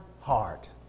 heart